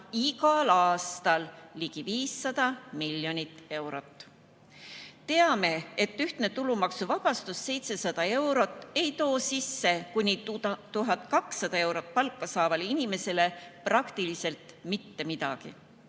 igal aastal ligi 500 miljonit eurot. Teame, et ühtne tulumaksuvabastus 700 eurot ei too sisse kuni 1200 eurot palka saavale inimesele praktiliselt mitte midagi,